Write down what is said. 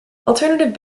alternative